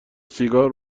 سیگار